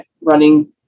running